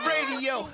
Radio